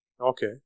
Okay